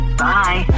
bye